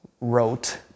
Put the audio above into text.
wrote